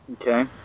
Okay